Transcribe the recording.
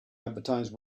advertise